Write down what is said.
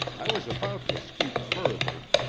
i was about to speak further,